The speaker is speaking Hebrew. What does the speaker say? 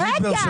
רגע.